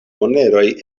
moneroj